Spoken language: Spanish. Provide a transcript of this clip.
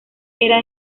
era